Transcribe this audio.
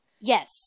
Yes